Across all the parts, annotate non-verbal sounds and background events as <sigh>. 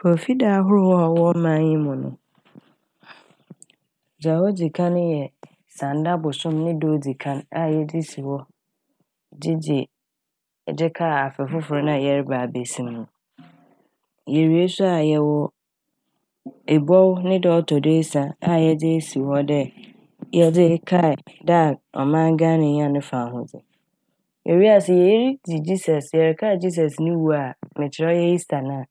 Fofida a ahorow a ɔwɔ man yi mu no <noise> <hesitation> dza odzi kan yɛ Sanda bosoom no ne da odzi kan a yɛdze si hɔ dze dzi dze kae afe fofor a yɛreba abesi m' no. <noise> Yewie so a yɛwɔ Ebɔbira ne da ɔtɔ do esia a yɛdze esi hɔ dɛ <noise> yɛdze kae da a Ɔman Ghana nyaa ne fahodzi, ewia sɛ yeridzi Jesus yɛrekae Jesus ne wu a <noise> mekyerɛ ɔyɛ "Easter" no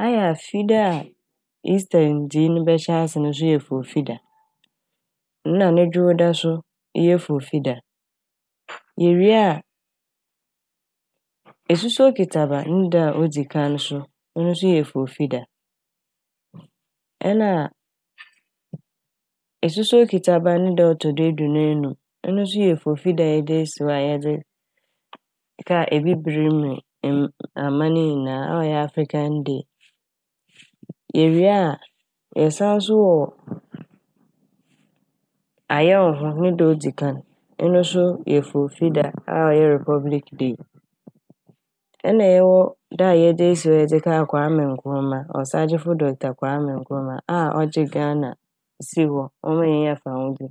a ayɛ Fida a "Easter" nndzii no bɛhyɛ ase n' no so yɛ fofi da a na ne dwowda so yɛ fofida. Yewie a Esusuow Ketseaba ne da a odzi kan so no so yɛ fofida, ɛna Esusuow Ketseaba ne da ɔtɔ do eduonu enum eno so yɛ fofida yɛde esi hɔ a yɛdze kae Ebibir mu mm- aman ne nyinaa a ɔyɛ "African Day". <noise> Yewie a yɛsanso wɔ <noise> Ayɛwoho ne da a odzi kan ɛno so yɛ fofida a ɔyɛ " Republic Day" nna yɛwɔ da a yɛdze esi hɔ a yɛdze kae Kwame Nkrumah Ɔsaagyefo Dɔkta Kwame Nkrumah a ɔgye Ghana si hɔ ɔmaa yenyaa fahodzi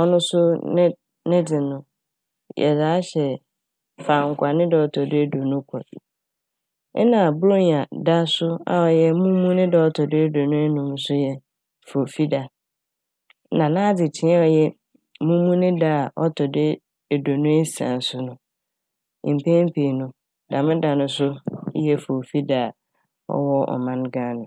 ɔno so ne de ne de no <noise> yɛdze ahyɛ Fankwa ne da ɔtɔ do eduonu kor. Nna borɔnya da so a ɔyɛ Mumu ne da a ɔtɔ do eduonu enum so yɛ fofida na n'adzekyee a ɔyɛ Mumu ne da a ɔtɔdo eduonu esia so no mpɛn pii no dɛm da no so eyɛ fofida ɔwɔ ɔman Ghana.